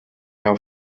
your